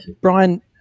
Brian